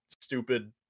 stupid